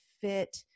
fit